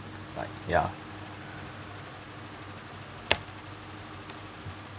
like ya